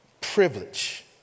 privilege